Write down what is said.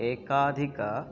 एकाधिक